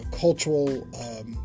cultural